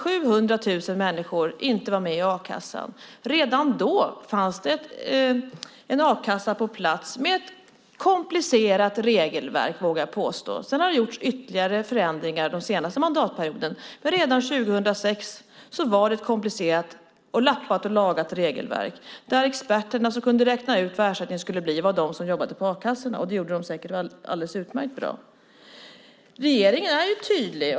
Jag vågar påstå att det redan då fanns en a-kassa med ett komplicerat regelverk på plats. Sedan har det gjorts ytterligare förändringar under den senaste mandatperioden, men redan 2006 var det ett komplicerat, lappat och lagat regelverk. De experter som kunde räkna ut vad ersättningen skulle bli jobbade på a-kassorna, och det gjorde de säkert alldeles utmärkt bra. Regeringen är tydlig.